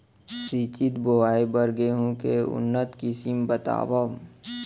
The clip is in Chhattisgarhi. सिंचित बोआई बर गेहूँ के उन्नत किसिम बतावव?